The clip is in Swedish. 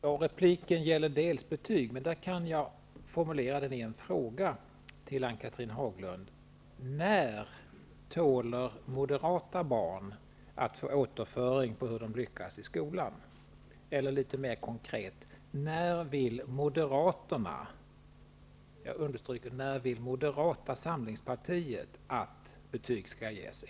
Herr talman! Repliken gäller bl.a. betyg. Jag kan formulera en fråga till Ann-Cathrine Haglund: När tål moderata barn att få återföring på hur de lyckas i skolan? Eller litet mer konkret: När vill moderaterna, alltså Moderata samlingspartiet, att betyg skall ges?